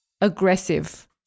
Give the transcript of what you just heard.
aggressive